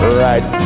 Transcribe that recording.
right